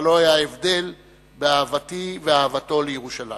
אבל לא היה הבדל בין אהבתי ואהבתו לירושלים.